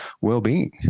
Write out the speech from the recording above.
well-being